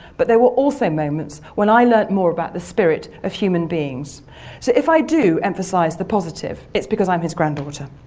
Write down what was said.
but there were also moments when i learnt more about the spirit of human beings so, if i do emphasise the positive, it's because i'm his granddaughter.